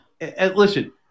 listen